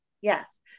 Yes